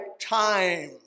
time